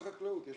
אם